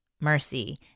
mercy